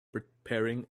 preparing